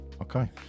Okay